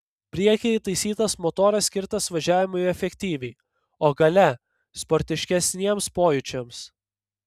priekyje įtaisytas motoras skirtas važiavimui efektyviai o gale sportiškesniems pojūčiams